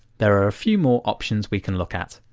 there are a few more options we can look at.